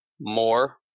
more